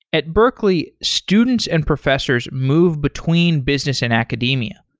at berkeley, students and professors move between business and academia,